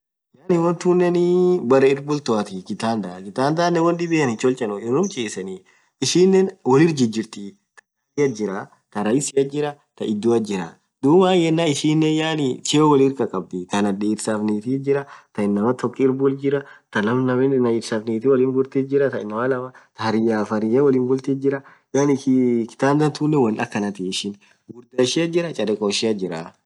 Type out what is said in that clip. Wonthunenin beree irrr bultoathii kitanda kitandanen won dhibian hitochenu irrum chiseni ishinen wolirr jirjrithi akast jiraa thaa rahisi jira thaa idhua jira dhub maan yenen ishinen cheo worii khakhabdhi thaa dirsaf nithia jirah taaa inamaa tokkit bulthi jira thaa inamaa lamaa dirsaf nithia irr bultithi Jira thaa hairyaf hairyaf wolin bulthi jira yaani kitanda tunen won akhanathi ishin ghughurdha ishia Jira charekho ishiat jira